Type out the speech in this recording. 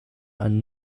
and